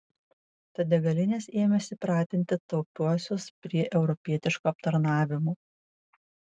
tad degalinės ėmėsi pratinti taupiuosius prie europietiško aptarnavimo